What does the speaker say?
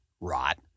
rot